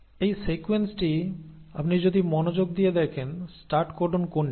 এই সিকোয়েন্সটি আপনি যদি মনোযোগ দিয়ে দেখেন স্টার্ট কোডন কোনটি